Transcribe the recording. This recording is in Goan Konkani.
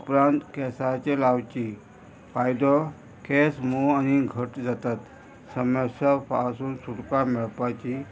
उपरांत केंसाचे लावची फायदो केंस मु आनी घट जातात समस्या पासून सुटका मेळपाची